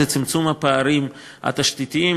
זה צמצום הפערים התשתיתיים,